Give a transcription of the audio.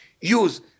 use